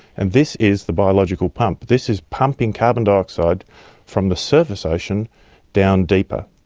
and this is the biological pump. this is pumping carbon dioxide from the surface ocean down deeper.